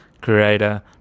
creator